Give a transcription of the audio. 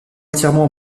entièrement